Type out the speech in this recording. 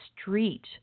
street